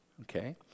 Okay